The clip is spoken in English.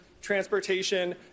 transportation